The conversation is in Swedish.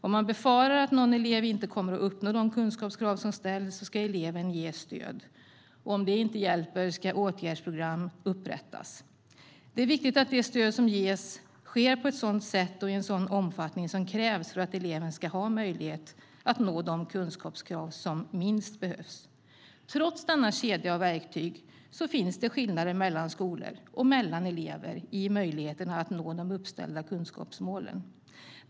Om man befarar att någon elev inte kommer att uppnå de kunskapskrav som ställs ska eleven ges stöd, och om det inte hjälper ska åtgärdsprogram upprättas. Det är viktigt att stöd ges på det sätt och i den omfattning som krävs för att eleven ska ha möjlighet att nå de lägsta kunskapskrav som ställs. Trots denna kedja av verktyg finns det skillnader mellan skolor och mellan elever i möjligheten att nå de uppställda kunskapsmålen.